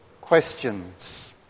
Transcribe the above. questions